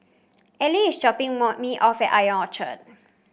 Ellery is dropping more me off at Ion Orchard